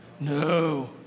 No